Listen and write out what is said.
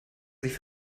sich